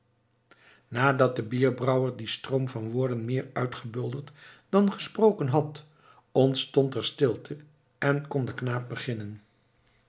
nadat de bierbrouwer dien stroom van woorden meer uitgebulderd dan gesproken had ontstond er stilte en kon de knaap beginnen